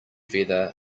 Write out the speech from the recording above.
feather